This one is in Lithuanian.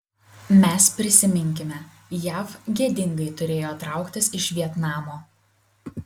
mes prisiminkime jav gėdingai turėjo trauktis iš vietnamo